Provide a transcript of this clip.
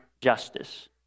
justice